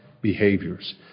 behaviors